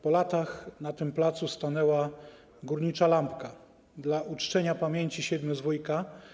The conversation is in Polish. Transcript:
Po latach na tym placu stanęła górnicza lampka dla uczczenia pamięci siedmiu z Wujka.